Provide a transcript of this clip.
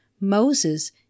Moses